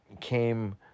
came